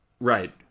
Right